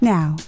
Now